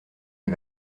les